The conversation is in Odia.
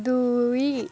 ଦୁଇ